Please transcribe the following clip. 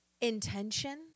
intention